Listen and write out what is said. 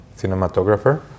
cinematographer